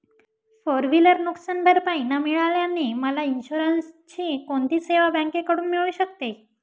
Four wheeler नुकसानभरपाई न मिळाल्याने मला इन्शुरन्सची कोणती सेवा बँकेकडून मिळू शकते?